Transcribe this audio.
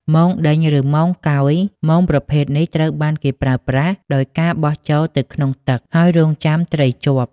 មងដេញ ឬមងកោយ មងប្រភេទនេះត្រូវបានគេប្រើប្រាស់ដោយការបោះចូលទៅក្នុងទឹកហើយរង់ចាំត្រីជាប់។